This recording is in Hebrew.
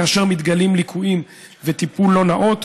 כאשר מתגלים ליקויים וטיפול לא נאות,